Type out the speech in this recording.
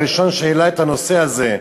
הראשון שהעלה את הנושא הזה,